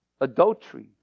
adultery